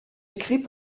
écrits